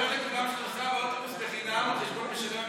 ספר לכולם שאתה נוסע באוטובוס בחינם על חשבון משלם המיסים.